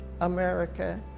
America